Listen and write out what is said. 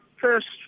first